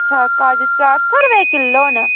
अच्छा काजू चार सौ रपेऽ किलो न